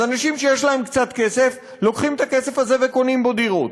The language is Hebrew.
אז אנשים שיש להם קצת כסף לוקחים את הכסף הזה וקונים בו דירות.